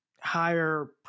higher